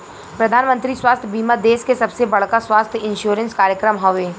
प्रधानमंत्री स्वास्थ्य बीमा देश के सबसे बड़का स्वास्थ्य इंश्योरेंस कार्यक्रम हवे